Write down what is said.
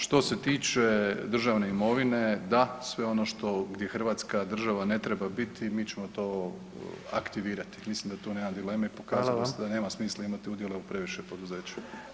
Što se tiče državne imovine, da, sve ono što, gdje hrvatska država ne treba biti mi ćemo to aktivirati, mislim da tu nema dileme i pokazalo se [[Upadica: Hvala vam]] da nema smisla imati udjele u previše poduzeća.